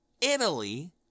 Italy